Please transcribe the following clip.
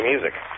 music